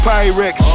Pyrex